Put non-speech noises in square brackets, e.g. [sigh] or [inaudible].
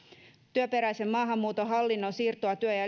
työperäisen maahanmuuton hallinnon siirtoa työ ja [unintelligible]